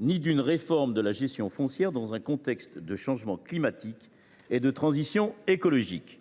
ni d’une réforme de la gestion foncière, dans un contexte de changement climatique et de transition écologique.